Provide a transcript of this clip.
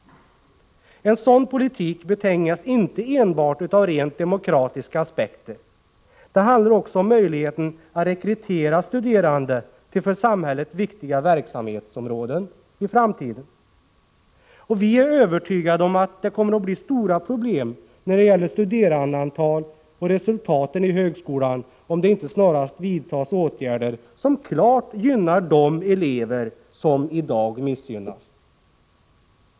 En sådan politik betingas inte enbart av rent demokratiska aspekter. Det handlar också om möjligheten att rekrytera studerande till för samhället viktiga verksamhetsområden i framtiden. Vi är övertygade om att det kommer att bli stora problem när det gäller studerandeantalet och resultaten i högskolan, om det inte snarast vidtas åtgärder som klart gynnar de elever som i dag missgynnas.